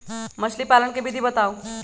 मछली पालन के विधि बताऊँ?